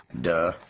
Duh